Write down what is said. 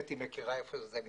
וקטי מכירה את המקום.